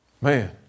Man